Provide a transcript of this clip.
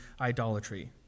idolatry